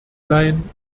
leihen